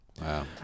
Wow